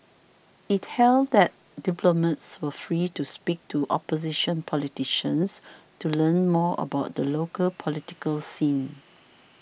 it held that diplomats were free to speak to opposition politicians to learn more about the local political scene